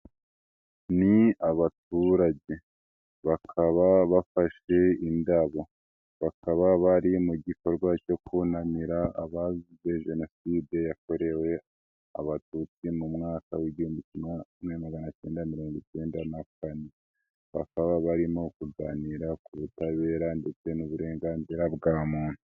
Ni abaturage bakaba bafashe indabo, bakaba bari mu gikorwa cyo kunamira abazize jenoside yakorewe abatutsi mu mwaka w'igihumbi kimwe magana acyenda mirongo icyenda na kane, bakaba barimo kuganira ku butabera ndetse n'uburenganzira bwa muntu.